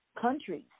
countries